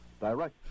Direct